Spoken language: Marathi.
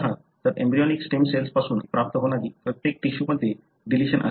तर एम्ब्रियोनिक स्टेम सेल्स पासून प्राप्त होणारी प्रत्येक टिशूज मध्ये डिलिशन असेल